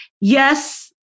yes